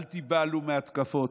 אל תיבהלו מהתקפות,